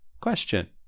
question